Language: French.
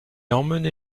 emmené